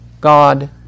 God